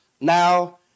now